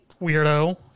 weirdo